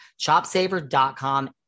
ChopSaver.com